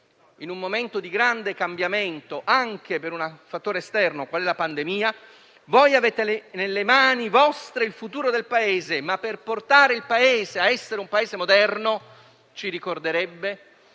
in un momento di grande cambiamento, anche per un fattore esterno qual è la pandemia, voi avete nelle vostre mani il futuro del Paese, ma per portarlo a essere moderno ci ricorderebbe